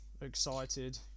Excited